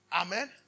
Amen